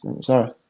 sorry